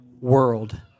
world